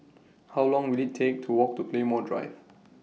How Long Will IT Take to Walk to Claymore Drive